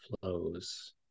flows